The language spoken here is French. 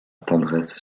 tendresse